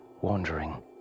wandering